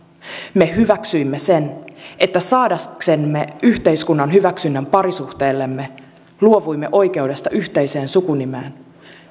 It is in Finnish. me hyväksyimme sen että saadaksemme yhteiskunnan hyväksynnän parisuhteillemme luovuimme oikeudesta yhteiseen sukunimeen